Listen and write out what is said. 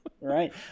right